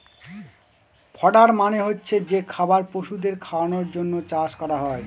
fodder মানে হচ্ছে যে খাবার পশুদের খাওয়ানোর জন্য চাষ করা হয়